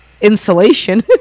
insulation